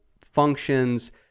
functions